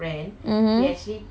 ஏன்:yen